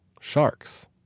sharks